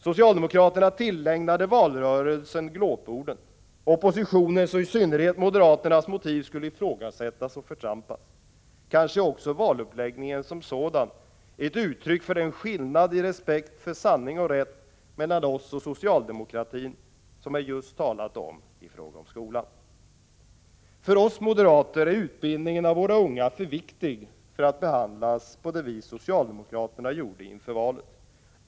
Socialdemokraterna tillägnade valrörelsen glåporden. Oppositionens — och i synnerhet moderaternas — motiv skulle ifrågasättas och förtrampas. Kanske är också valuppläggningen som sådan ett uttryck för den skillnad i respekt för sanning och rätt mellan oss och socialdemokratin som jag just talat om i fråga om skolan. För oss moderater är utbildningen av våra unga för viktig för att behandlas på det vis socialdemokraterna gjorde inför valet.